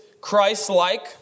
Christ-like